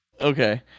Okay